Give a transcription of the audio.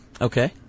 Okay